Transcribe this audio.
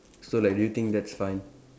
so like do you think that's fine